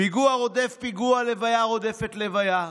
"פיגוע רודף פיגוע, לוויה רודפת לוויה.